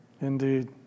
Indeed